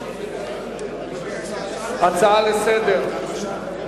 הצעות לסדר-היום: